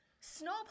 Snow